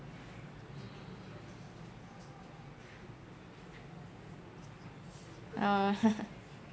oh